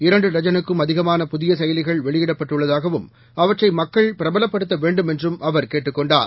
இரண்டுடஜனுக்கும்அதிகமானபுதியசெயலிகள்வெளியிடப் பட்டுஉள்ளதாகவும் அவற்றைமக்கள்பிரபலப்படுத்தவேண்டும்என்றும்அவர்கே ட்டுக்கொண்டார்